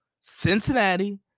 Cincinnati